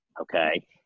okay